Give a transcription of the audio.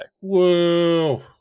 whoa